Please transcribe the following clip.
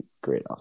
great